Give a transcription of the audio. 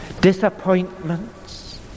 Disappointments